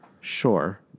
Sure